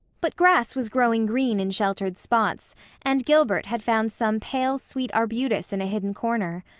but grass was growing green in sheltered spots and gilbert had found some pale, sweet arbutus in a hidden corner.